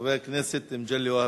חבר הכנסת מגלי והבה,